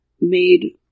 made